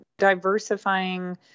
Diversifying